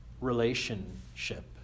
relationship